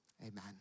amen